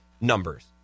numbers